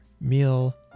meal